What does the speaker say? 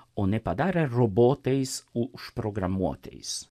o nepadarė robotais užprogramuotais